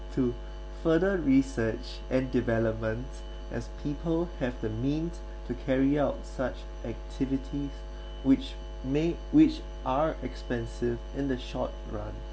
to further research and development as people have the means to carry out such activity which may which are expensive in the short run